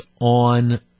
on